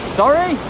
sorry